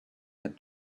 had